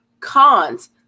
Cons